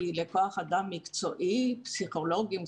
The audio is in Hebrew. כי לכוח אדם מקצועי: פסיכולוגים,